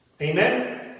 Amen